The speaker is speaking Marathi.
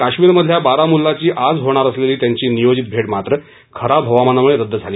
काश्मीरमधल्या बारामुल्लाची आज होणार असलेली त्यांची नियोजित भेट मात्र खराब हवामानामुळे रद्द झाली